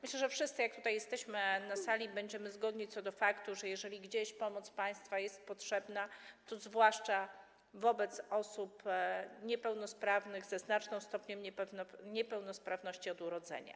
Myślę, że wszyscy jak tutaj jesteśmy na sali będziemy zgodni co do tego, że jeżeli gdzieś pomoc państwa jest potrzebna, to zwłaszcza w wypadku osób niepełnosprawnych o znacznym stopniu niepełnosprawności od urodzenia.